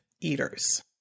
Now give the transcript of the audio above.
eaters